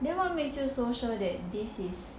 then what makes you so sure that this is